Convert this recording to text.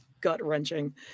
gut-wrenching